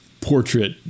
portrait